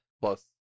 Plus